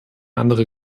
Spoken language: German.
andere